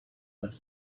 left